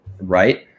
right